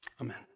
amen